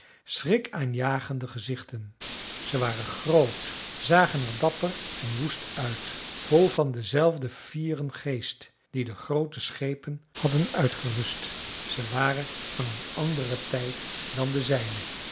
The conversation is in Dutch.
schrikaanjagende gezichten ze waren groot zagen er dapper en woest uit vol van denzelfden fieren geest die de groote schepen hadden uitgerust ze waren van een anderen tijd dan de zijne